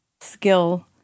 skill